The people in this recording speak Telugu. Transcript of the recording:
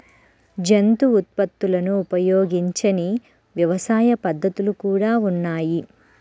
జంతు ఉత్పత్తులను ఉపయోగించని వ్యవసాయ పద్ధతులు కూడా ఉన్నాయి